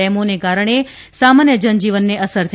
ડેમોને કારણે સામાન્ય જનજીવનને અસર થઈ છે